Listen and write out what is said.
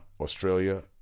Australia